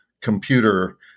computer